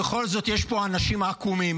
בכל זאת יש פה אנשים עקומים